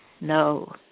no